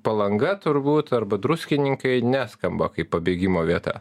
palanga turbūt arba druskininkai neskamba kaip pabėgimo vieta